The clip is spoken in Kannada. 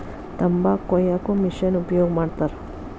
ತಂಬಾಕ ಕೊಯ್ಯಾಕು ಮಿಶೆನ್ ಉಪಯೋಗ ಮಾಡತಾರ